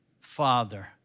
Father